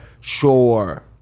sure